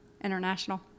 International